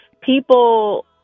people